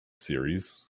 series